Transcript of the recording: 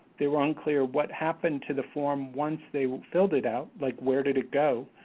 they were unclear what happened to the form once they filled it out, like where did it go?